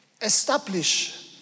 establish